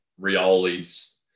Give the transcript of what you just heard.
Rioli's